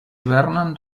hibernen